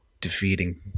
defeating